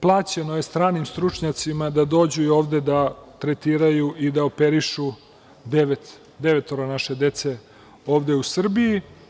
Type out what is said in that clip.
Plaćeno je stranim stručnjacima da dođu i ovde da tretiraju i da operišu devetoro naše dece u Srbiji.